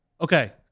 Okay